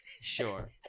Sure